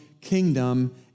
kingdom